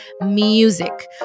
Music